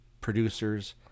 producers